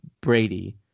Brady